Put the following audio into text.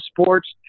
sports